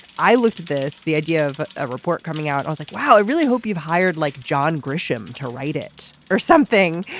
i looked at this the idea of a report coming out i was like wow i really hope you've hired like john grisham to write it or something.